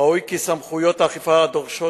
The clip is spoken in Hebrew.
ראוי כי סמכויות האכיפה הדורשות